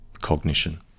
cognition